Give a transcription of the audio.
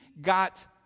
got